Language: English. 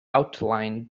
outlined